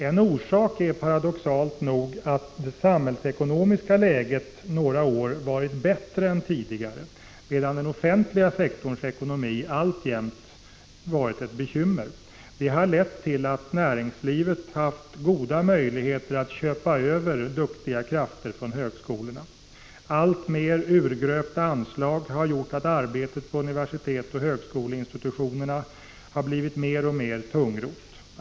En orsak är paradoxalt nog att det samhällsekonomiska läget under några år har varit bättre än tidigare, medan den offentliga sektorns ekonomi alltjämt har varit ett bekymmer. Det har lett till att näringslivet har haft goda möjligheter att köpa över duktiga krafter från högskolorna. Alltmer urgröpta anslag har gjort att arbetet på universitetsoch högskoleinstitutionerna har blivit mer och mer tungrott.